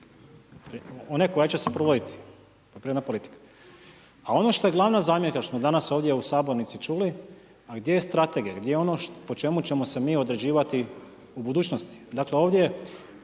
one koja će se provoditi, poljoprivredna politika. A ono što je glavna zamjerka što smo danas ovdje u sabornici čuli, a gdje je strategija, gdje je ono po čemu ćemo se mi određivati u budućnosti? Dakle ovdje